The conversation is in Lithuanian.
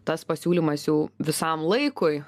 tas pasiūlymas jau visam laikui